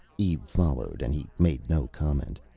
eve followed, and he made no comment.